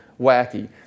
wacky